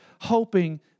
hoping